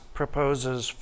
proposes